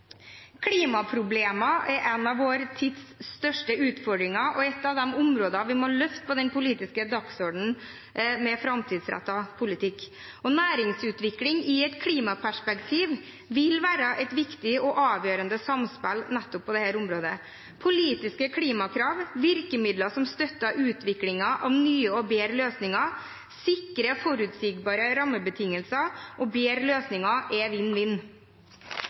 Klimaproblemene er en av vår tids største utfordringer og et av de områdene vi må løfte på den politiske dagsordenen, med framtidsrettet politikk. Næringsutvikling i et klimaperspektiv vil være et viktig og avgjørende samspill nettopp på dette området. Politiske klimakrav, virkemidler som støtter utviklingen av nye og bedre løsninger, sikre og forutsigbare rammebetingelser og bedre løsninger er